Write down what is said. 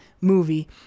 movie